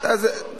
תעצור אותם.